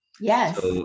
Yes